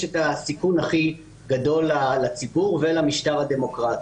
את הסיכון הכי גדול לציבור ולמשטר הדמוקרטי,